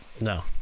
No